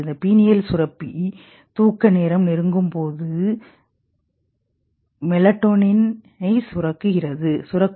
இந்த பினியல் சுரப்பி தூக்க நேரம் நெருங்கும் போது கிறது மெலட்டோனினைசுரக்கும்